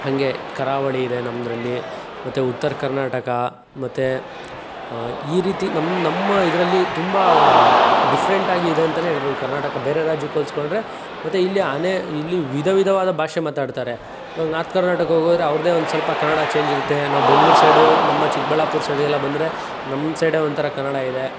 ಹಂಗೆ ಕರಾವಳಿ ಇದೆ ನಮ್ದ್ರಲ್ಲಿ ಮತ್ತು ಉತ್ತರ ಕರ್ನಾಟಕ ಮತ್ತು ಈ ರೀತಿ ನಮ್ಮ ನಮ್ಮ ಇದರಲ್ಲಿ ತುಂಬ ಡಿಫ್ರೆಂಟಾಗಿ ಇದೆ ಅಂತೆಯೇ ಹೇಳ್ಬೋದು ಕರ್ನಾಟಕ ಬೇರೆ ರಾಜ್ಯಕ್ಕೆ ಹೋಲ್ಸ್ಕೊಂಡ್ರೆ ಮತ್ತೆ ಇಲ್ಲಿ ಅನೇ ಇಲ್ಲಿ ವಿಧ ವಿಧವಾದ ಭಾಷೆ ಮಾತಾಡ್ತಾರೆ ಇವಾಗ ನಾರ್ತ್ ಕರ್ನಾಟಕಕ್ಕೆ ಹೋದ್ರೆ ಅವ್ರದ್ದೇ ಒಂದು ಸ್ವಲ್ಪ ಕನ್ನಡ ಚೇಂಜ್ ಇರುತ್ತೆ ನಾವು ಬೆಂಗಳೂರು ಸೈಡೂ ನಮ್ಮ ಚಿಕ್ಕಬಳ್ಳಾಪುರ ಸೈಡಿಗೆಲ್ಲ ಬಂದರೆ ನಮ್ಮ ಸೈಡೆ ಒಂಥರ ಕನ್ನಡ ಇದೆ